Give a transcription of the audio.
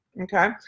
okay